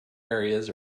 areas